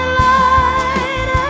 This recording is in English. light